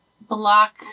block